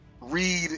read